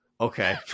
Okay